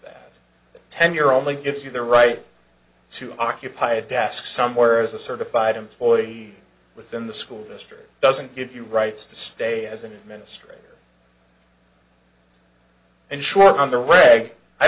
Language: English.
the ten year only gives you the right to occupy a desk somewhere as a certified employee within the school district doesn't give you rights to stay as an administrator and short